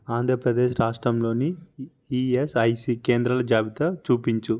ఆంధ్ర ప్రదేశ్ రాష్ట్రంలోని ఈఎస్ఐసి కేంద్రాల జాబితా చూపించు